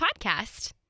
podcast